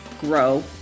grow